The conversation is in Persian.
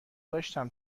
داشتم